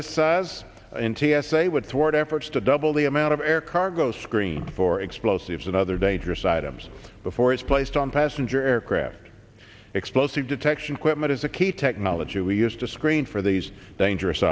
this size in t s a would toward efforts to double the amount of air cargo screened for explosives and other dangerous items before it's placed on passenger aircraft explosive detection equipment is a key technology we used to screen for these dangerous